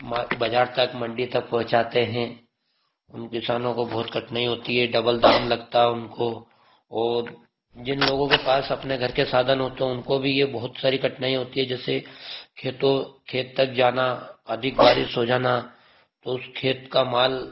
बजार तक मंडी तक पहुँचाते हैं उन किसानों को बहुत कठिनाई होती है डबल दाम लगता है उनको और जिन लोगों के पास अपने घर के साधन होते हैं उनको भी ये बहुत सारी कठनाई होती है जैसे खेतों खेत तक जाना अधिक बारिश हो जाना उस खेत का माल